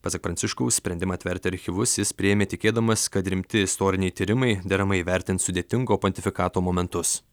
pasak pranciškaus sprendimą atverti archyvus jis priėmė tikėdamas kad rimti istoriniai tyrimai deramai įvertins sudėtingo pontifikato momentus